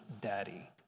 Daddy